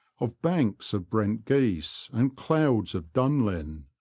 of banks of brent geese, and clouds of dunlin.